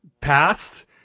passed